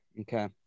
Okay